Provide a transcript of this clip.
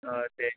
অঁ দে